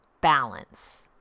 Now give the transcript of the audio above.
Balance